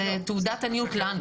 זאת תעודת עניות לנו,